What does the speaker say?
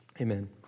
Amen